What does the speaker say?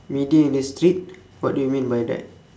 media industry what do you mean by that